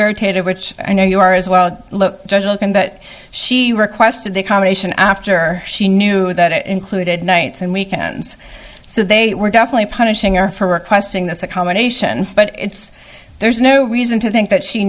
irritated which i know you are as well look in that she requested the accommodation after she knew that it included nights and weekends so they were definitely punishing or for requesting that's a combination but it's there's no reason to think that she